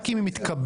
רק אם היא מתקבלת,